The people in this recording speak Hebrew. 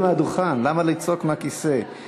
מכל מקום, אני מסיים.